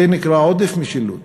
זה נקרא עודף משילות.